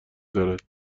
دارد